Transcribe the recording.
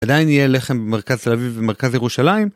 עדיין יהיה לחם במרכז תל אביב ובמרכז ירושלים.